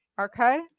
Okay